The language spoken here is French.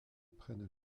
prennent